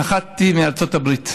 נחתי, מארצות הברית.